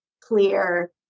clear